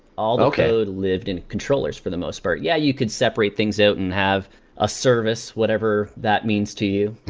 all the code lived in controllers for the most part. yeah, you could separate things out and have a service, whatever that means to you,